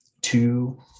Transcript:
two